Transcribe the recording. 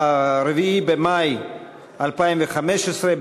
4 במאי 2015,